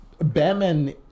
batman